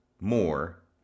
more